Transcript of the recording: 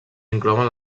inclouen